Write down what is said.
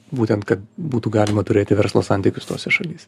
būtent kad būtų galima turėti verslo santykius tose šalyse